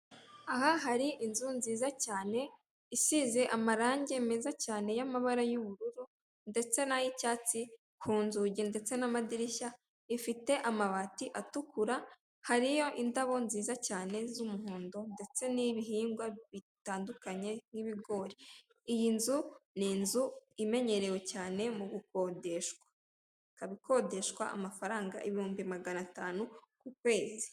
Aha hari inzu nziza cyane isize amarangi meza cyane y'amabara y'ubururu ndetse nayicyatsi kunzugi ndetse n'amadirishya, ifite amabati atukura hariyo indabo nziza cyane z'umuhondo ndetse n'ibihingwa bitandukanye n'ibigori, iy'inzu n'inzu imenyerewe cyane gukodeshwa, ikaba ikodeshwa amafaranga ibihumbi maganatanu k'ukwezii.